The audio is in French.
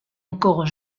encore